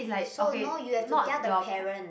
so no you have to tell the parents